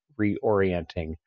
reorienting